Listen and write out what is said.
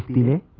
da